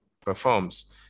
performs